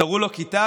תראו לו כיתה,